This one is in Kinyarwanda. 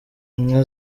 inka